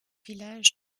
village